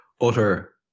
utter